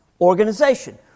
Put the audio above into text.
organization